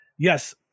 Yes